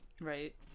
right